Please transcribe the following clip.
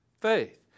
Faith